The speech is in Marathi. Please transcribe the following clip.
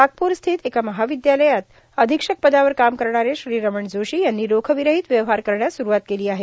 नागपूर स्थित एका महाविद्यालयात अधिक्षक पदावर काम करणारे रमण जोशींनी रोखविरहित व्यवहार करण्यास सुरवात केली आहे